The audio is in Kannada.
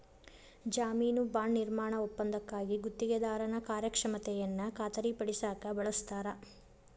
ಜಾಮೇನು ಬಾಂಡ್ ನಿರ್ಮಾಣ ಒಪ್ಪಂದಕ್ಕಾಗಿ ಗುತ್ತಿಗೆದಾರನ ಕಾರ್ಯಕ್ಷಮತೆಯನ್ನ ಖಾತರಿಪಡಸಕ ಬಳಸ್ತಾರ